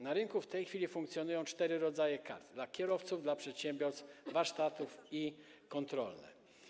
Na rynku w tej chwili funkcjonują cztery rodzaje kart: dla kierowców, przedsiębiorstw, warsztatów i kontrolne.